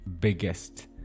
biggest